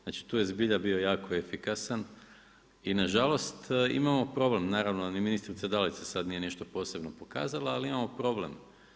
Znači tu je zbilja bio jako efikasan i nažalost imamo problem naravno, ni ministrica Dalić se sad nije ništa posebno pokazala, ali imamo problem.